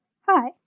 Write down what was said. Hi